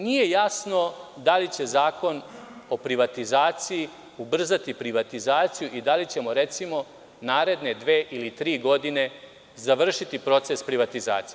Nije jasno da li će Zakon o privatizaciji ubrzati privatizaciju i da li ćemo recimo naredne dve ili tri godine završiti proces privatizacije.